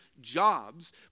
jobs